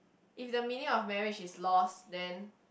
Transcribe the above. if the meaning of marriage is lose then